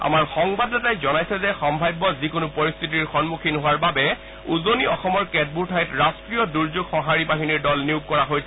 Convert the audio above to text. আমাৰ সংবাদদাতাই জনাইছে যে সম্ভাৱ্য যিকোনো পৰিস্থিতিৰ সন্মুখীন হোৱাৰ বাবে উজনি অসমৰ কেতবোৰ ঠাইত ৰাষ্ট্ৰীয় দুৰ্যোগ সঁহাৰি বাহিনীৰ দল নিয়োগ কৰা হৈছে